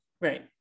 right